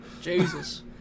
Jesus